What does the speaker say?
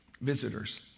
visitors